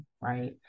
right